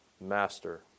master